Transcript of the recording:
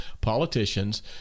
politicians